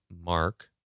Mark